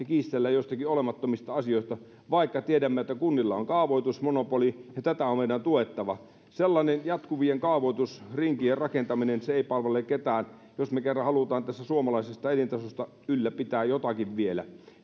kiistellään joistakin olemattomista asioista vaikka tiedämme että kunnilla on kaavoitusmonopoli ja tätä meidän on tuettava sellainen jatkuvien kaavoitusrinkien rakentaminen ei palvele ketään jos me kerran haluamme tässä suomalaisesta elintasosta ylläpitää jotakin vielä